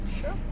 Sure